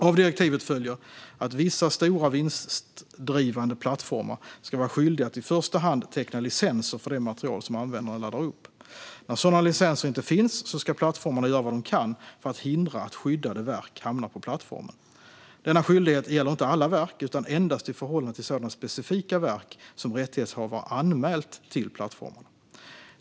Av direktivet följer att vissa stora vinstdrivande plattformar ska vara skyldiga att i första hand teckna licenser för det material som användarna laddar upp. När sådana licenser inte finns ska plattformarna göra vad de kan för att hindra att skyddade verk hamnar på plattformen. Denna skyldighet gäller inte alla verk utan endast i förhållande till sådana specifika verk som rättighetshavare anmält till plattformarna.